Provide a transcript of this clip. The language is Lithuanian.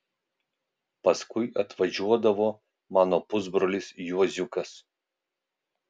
paskui atvažiuodavo mano pusbrolis juoziukas